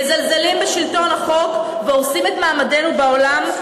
מזלזלים בשלטון החוק והורסים את מעמדנו בעולם,